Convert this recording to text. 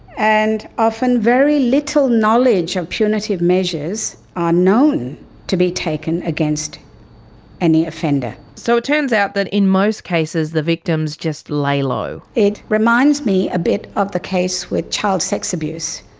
and often very little knowledge of punitive measures are known to be taken against any offender. so it turns out that in most cases the victims just lay low. it reminds me a bit of the case with child sex abuse.